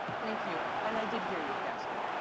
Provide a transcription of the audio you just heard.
thank you, and i did hear you, pastor.